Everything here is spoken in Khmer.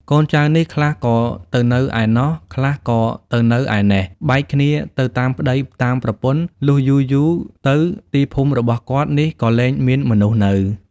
កូនចៅនេះ ខ្លះក៏ទៅនៅឯណោះ ខ្លះក៏ទៅនៅឯណេះ បែកគ្នាទៅតាមប្តី តាមប្រពន្ធ លុះយូរៗ ទៅទីភូមិរបស់គាត់នេះ ក៏លែងមានមនុស្សនៅ ។